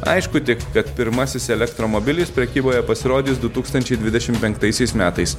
aišku tik kad pirmasis elektromobilis prekyboje pasirodys du tūkstančiai dvidešim penktaisiais metais